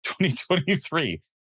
2023